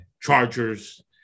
Chargers